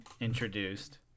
introduced